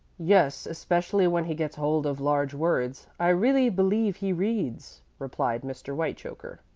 yes, especially when he gets hold of large words. i really believe he reads, replied mr. whitechoker.